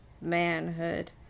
manhood